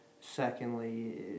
secondly